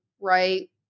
right